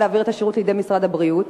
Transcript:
להעביר את השירות לידי משרד הבריאות.